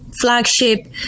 flagship